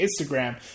Instagram